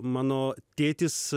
mano tėtis